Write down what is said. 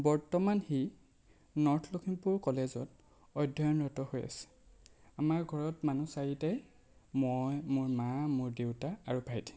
বৰ্তমান সি নৰ্থ লখিমপুৰ কলেজত অধ্যয়নৰত হৈ আছে আমাৰ ঘৰত মানুহ চাৰিটাই মই মোৰ মা মোৰ দেউতা আৰু ভাইটি